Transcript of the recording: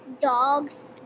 dogs